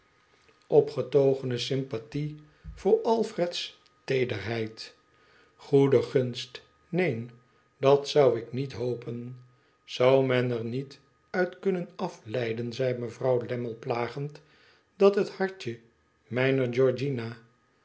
sympathie voor alfred's teederheid goede gunst neen dat zou ik niet hopen zou men er niet uit kunnen afleiden zei mevrouw lammie plagend dat het hartje